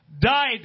died